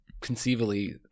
conceivably